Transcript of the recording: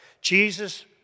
Jesus